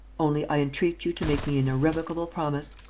only, i entreat you to make me an irrevocable promise.